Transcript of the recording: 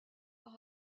par